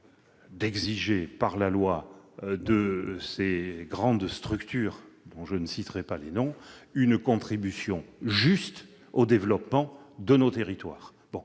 d'exiger de ces grandes structures- je ne citerai pas de noms -une contribution juste au développement de nos territoires.